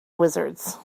wizards